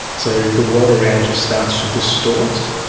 so the world around you starts to distort.